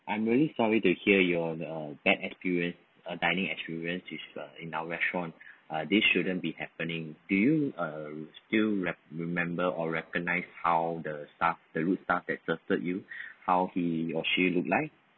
I'm really sorry to hear your bad experience uh dining experience which is in our restaurant ah this shouldn't be happening do you uh still re~ remember or recognise how the staff the rude staff that served you how he or she look like